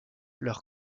leur